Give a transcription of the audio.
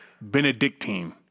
Benedictine